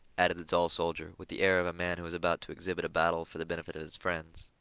added the tall soldier, with the air of a man who is about to exhibit a battle for the benefit of his friends.